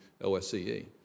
OSCE